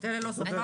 את אלה לא ספרתי.